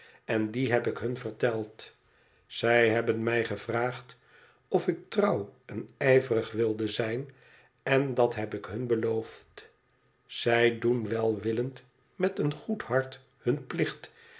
en die heb ik hun verteld zij hebben mij gevraagd of ik trouw en ijverig wilde zijn en dat heb ik hun beloofd zij doen welwillend met een goed hart hun plicht